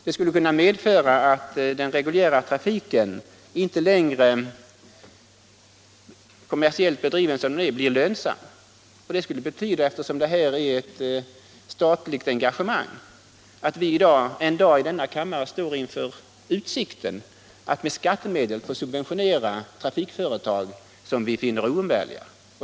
Det skulle kunna medföra att den reguljära trafiken, kommersiellt bedriven som den är, inte längre blir lönsam. Eftersom det här är fråga om ett statligt engagemang skulle det betyda att vi en dag i denna kammare står inför utsikten att med skattemedel få subventionera en trafik som vi finner oumbärlig.